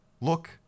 look